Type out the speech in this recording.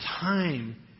time